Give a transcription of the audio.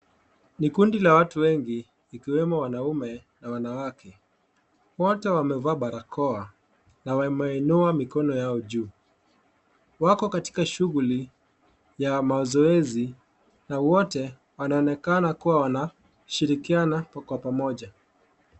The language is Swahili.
Ni kundi la watu wengi ikiwemo wanaume na wanawake. Wote wamevaa barakoa na wameinua mikono yao juu. Wako katika shughuli ya mazoezi na wote wanaonekana kuwa wanashirikiana kwa pamoja.